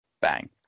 Bang